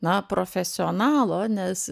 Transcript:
na profesionalo nes